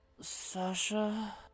Sasha